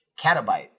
Catabyte